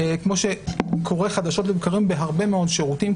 כמו שקורה חדשות לבקרים בהרבה מאוד שירותים,